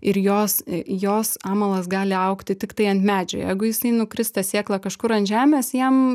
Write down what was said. ir jos jos amalas gali augti tiktai ant medžio jeigu jisai nukris ta sėkla kažkur ant žemės jam